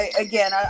Again